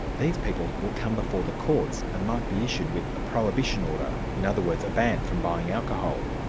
these people will come before the courts and might be issued with a prohibition order in other words, a ban from buying alcohol.